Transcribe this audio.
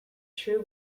true